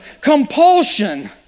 compulsion